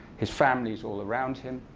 his family's all around him.